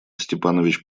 степанович